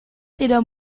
tidak